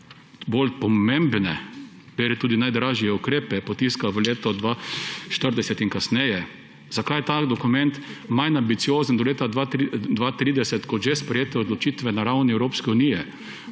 najbolj pomembne ter tudi najdražje ukrepe potiska v leto 2040 in kasneje, zakaj je tak dokument manj ambiciozen do leta 2030, kot že sprejete odločitve na ravni Evropske unije,